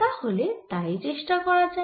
তাহলে তাই চেষ্টা করা যাক